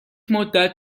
مدت